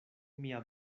mia